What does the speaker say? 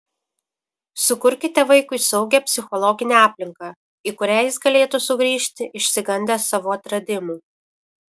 sukurkite vaikui saugią psichologinę aplinką į kurią jis galėtų sugrįžti išsigandęs savo atradimų